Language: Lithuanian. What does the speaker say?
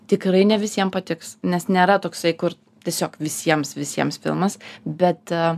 tikrai ne visiem patiks nes nėra toksai kur tiesiog visiems visiems filmas bet